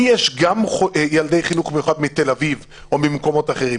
לי יש גם ילדי חינוך מיוחד מתל אביב או ממקומות אחרים.